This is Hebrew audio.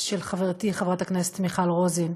של חברתי חברת הכנסת מיכל רוזין,